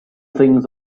things